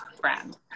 brand